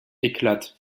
éclate